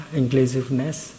inclusiveness